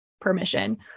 permission